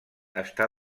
està